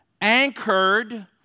anchored